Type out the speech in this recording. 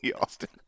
Austin